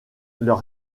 leur